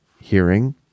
hearing